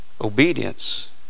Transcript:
obedience